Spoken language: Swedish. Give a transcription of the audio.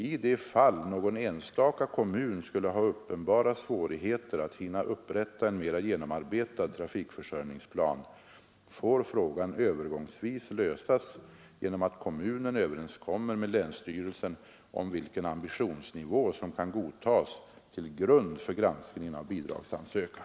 I de fall någon enstaka kommun skulle ha uppenbara svårigheter att hinna upprätta en mera genomarbetad trafikförsörjningsplan, får frågan övergångsvis lösas genom att kommunen överenskommer med länsstyrel 13 sen om vilken ambitionsnivå som kan godtas till grund för granskningen av bidragsansökan.